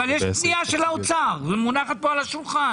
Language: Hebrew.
אבל יש פנייה של האוצר שמונחת פה על השולחן.